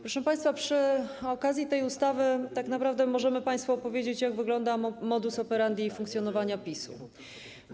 Proszę państwa, przy okazji tej ustawy tak naprawdę możemy państwu opowiedzieć, jak wygląda modus operandi funkcjonowania PiS-u.